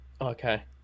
Okay